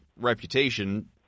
reputation